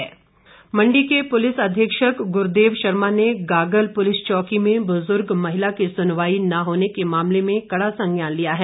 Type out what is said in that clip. police जांच मंडी के police अधीक्षक गुरदेव शर्मा ने गागल पुलिस चौकी में बुजुर्ग महिला की सुनवाई न होने के मामले में कड़ा संज्ञान लिया है